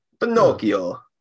pinocchio